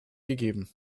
gegeben